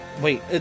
Wait